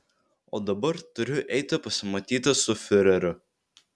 o dabar turiu eiti pasimatyti su fiureriu